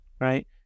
right